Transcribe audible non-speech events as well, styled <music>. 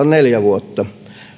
<unintelligible> neljä vuotta